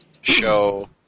show